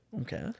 Okay